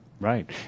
right